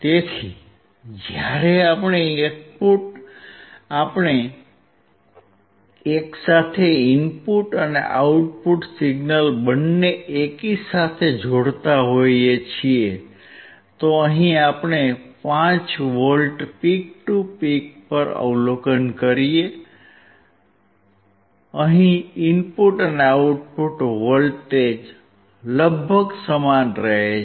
તેથી જ્યારે આપણે એકસાથે ઇનપુટ અને આઉટપુટ સિગ્નલ બંને એકી સાથે જોડતા હોઈએ છીએ તો અહીં આપણે 5V પીક ટુ પીક પર અવલોકન કરીએ છીએ અહિં ઇનપુટ અને આઉટપુટ વોલ્ટેજ લગભગ સમાન રહે છે